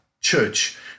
church